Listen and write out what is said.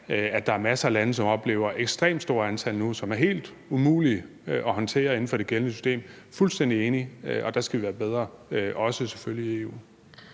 at der er masser af lande, som nu oplever ekstremt store antal, som er helt umulige at håndtere inden for det gældende system – fuldstændig enig. Der skal vi være bedre, også i EU selvfølgelig. Kl.